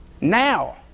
now